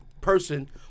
person